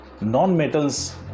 Non-metals